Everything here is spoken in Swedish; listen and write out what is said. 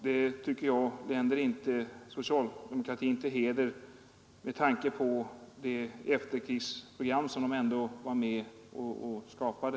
Det tycker jag inte länder socialdemokratin till heder med tanke på det efterkrigsprogram som den ändå var med och utformade.